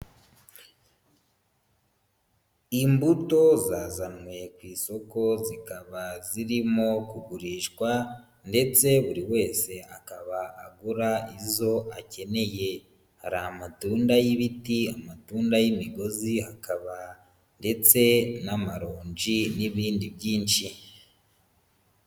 Imbuto zazanwe ku isoko zikaba zirimo kugurishwa ndetse buri wese akaba agura izo akeneye, hari amatunda y'ibiti, amatunda y'imigozi, hakaba ndetse n'amaronji n'ibindi byinshi.